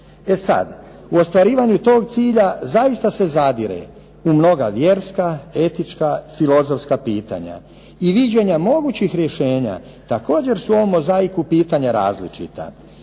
E sad, u ostvarivanju tog cilja zaista se zadire u mnoga vjerska, etička, filozofska pitanja. I viđenja mogućih rješenja također su u ovom mozaiku pitanja različita